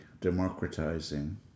democratizing